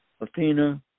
Athena